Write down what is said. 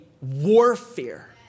warfare